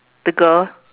the girl